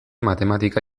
matematika